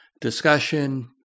discussion